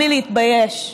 בלי להתבייש,